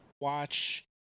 watch